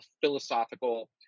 philosophical